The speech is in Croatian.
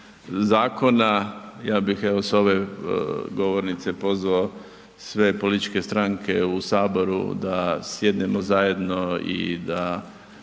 zakona, ja bih evo s ove govornice pozvao sve političke stranke u Saboru da sjednemo zajedno i da